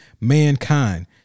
mankind